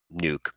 nuke